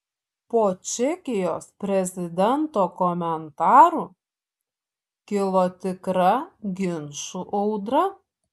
po čekijos prezidento komentarų kilo tikra ginčų audra